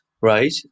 right